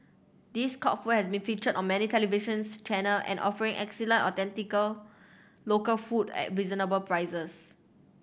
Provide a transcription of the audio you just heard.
this court food has been featured on many televisions channel and offering excellent authentic local food at reasonable prices